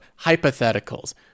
hypotheticals